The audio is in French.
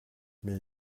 mais